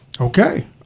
okay